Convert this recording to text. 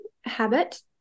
habit